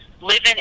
living